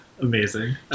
Amazing